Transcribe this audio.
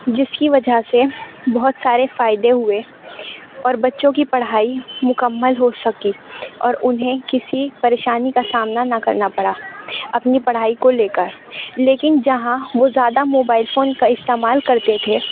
جس کی وجہ سے بہت سارے فائدے ہوئے اور بچوں کی پڑھائی مکمل ہو سکی اور انہیں کسی پریشانی کا سامنا نہ کرنا پڑا اپنی پڑھائی کو لے کر لیکن جہاں وہ زیادہ موبائل فون کا استعمال کرتے تھے